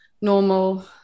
normal